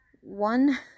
One